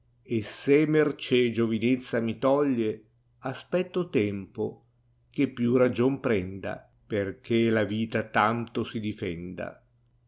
e se mercè giovinezza mi toglie aspetto tempo che più ragion prenda purché la vita tanto si difenda